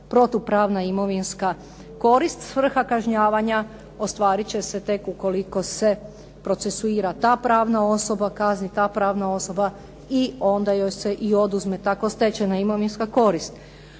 protupravna imovinska korist, svrha kažnjavanja ostvarit će se tek ukoliko se procesuira ta pravna osoba, kazni ta pravna osoba i onda joj se i oduzme tako stečena imovinska korist.